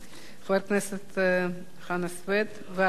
חבר הכנסת חנא סוייד, ואחריו,